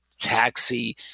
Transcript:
taxi